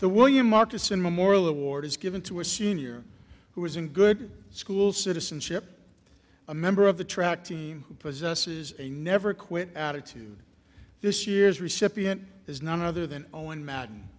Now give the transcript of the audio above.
the william marcus in memorial award is given to a senior who is in good school citizen ship a member of the track team possesses a never quit attitude this year's recipient is none other than owen madden